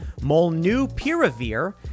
Molnupiravir